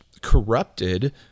corrupted